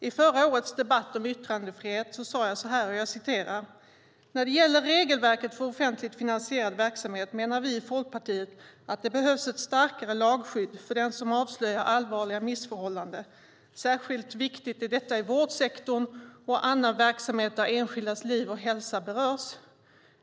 I förra årets debatt om yttrandefrihet sade jag så här: "När det gäller regelverket för offentligt finansierad verksamhet menar vi i Folkpartiet att det behövs ett starkare lagskydd för den som avslöjar allvarliga missförhållanden. Särskilt viktigt är detta i vårdsektorn och i annan sådan verksamhet där enskildas liv och hälsa berörs.